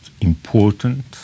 important